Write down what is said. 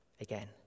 again